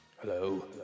Hello